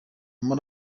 muri